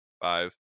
Five